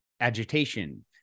agitation